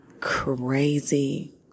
crazy